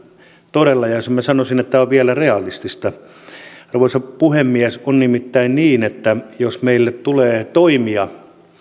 todella ja minä sanoisin että tämä on vielä realistista arvoisa puhemies on nimittäin niin että jos meille tulee toimija